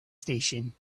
station